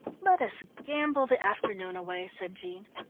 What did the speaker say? let us gamble the afternoon away, said jean.